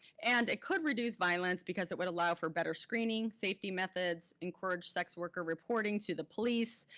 and it could reduce violence because it would allow for better screening, safety methods, encourage sex worker reporting to the police,